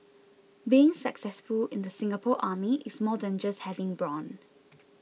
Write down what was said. being successful in the Singapore Army is more than just having brawn